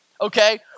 okay